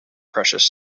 precious